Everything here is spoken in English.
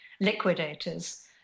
liquidators